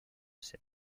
ses